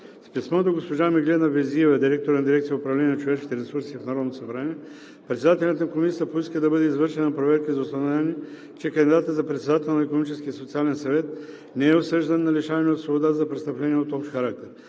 С писмо до госпожа Миглена Везиева, директор на Дирекция „Управление на човешките ресурси“ в Народното събрание председателят на Комисията поиска да бъде извършена проверка за установяване, че кандидатът за председател на Икономическия и социален съвет не е осъждан на лишаване от свобода за престъпления от общ характер.